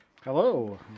Hello